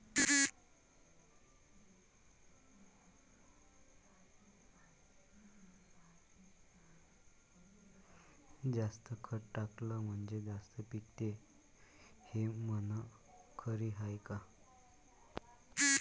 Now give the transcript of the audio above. जास्त खत टाकलं म्हनजे जास्त पिकते हे म्हन खरी हाये का?